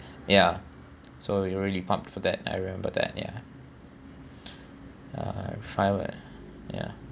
ya so you were really pumped for that I remember that ya uh firework ya